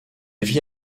vit